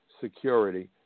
security